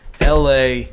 LA